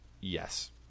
Yes